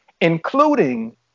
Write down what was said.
including